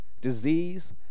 disease